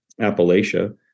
Appalachia